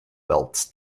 belts